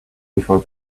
before